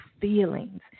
feelings